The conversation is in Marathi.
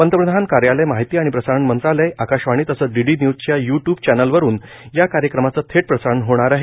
पंतप्रधान कार्यालय माहिती आणि प्रसारण मंत्रालय आकाशवाणी तसंच डी डी न्यूजच्या यू टयूब चॅनलवरुन या कार्यक्रमाचं थेट प्रसारण होणार आहे